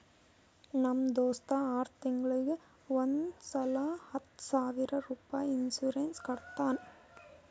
ನಮ್ ದೋಸ್ತ ಆರ್ ತಿಂಗೂಳಿಗ್ ಒಂದ್ ಸಲಾ ಹತ್ತ ಸಾವಿರ ರುಪಾಯಿ ಇನ್ಸೂರೆನ್ಸ್ ಕಟ್ಟತಾನ